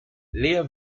leah